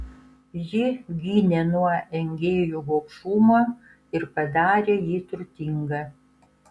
ji gynė nuo engėjų gobšumo ir padarė jį turtingą